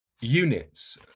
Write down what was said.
Units